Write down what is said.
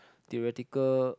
theoretical